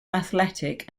athletic